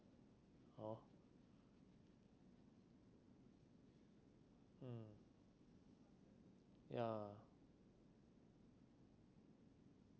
hor mm ya